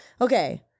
Okay